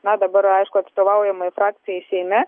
na dabar aišku atstovaujamai frakcijai seime